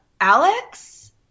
Alex